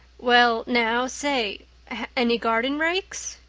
well now, say any garden rakes?